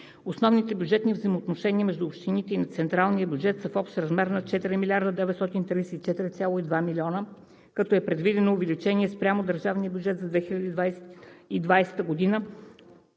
Основните бюджетни взаимоотношения между общините и централния бюджет са в общ размер на 4 934,2 млн. лв. Предвидено е увеличение спрямо държавния бюджет за 2020 г.